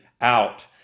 out